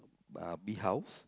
uh bee house